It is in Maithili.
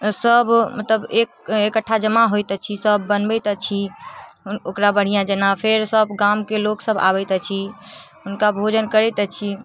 सब मतलब एक एकट्ठा जमा होइत अछि सब बनबैत अछि ओकरा बढ़िआँ जेना फेर सब गामके लोकसब आबैत अछि हुनका भोजन करैत अछि